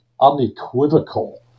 unequivocal